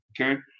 okay